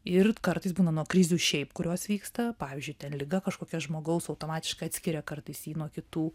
ir kartais būna nuo krizių šiaip kurios vyksta pavyzdžiui liga kažkokia žmogaus automatiškai atskiria kartais jį nuo kitų